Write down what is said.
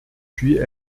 puis